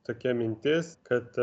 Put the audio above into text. tokia mintis kad